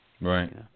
Right